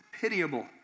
pitiable